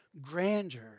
grandeur